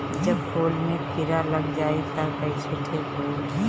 जब फूल मे किरा लग जाई त कइसे ठिक होई?